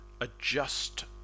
adjust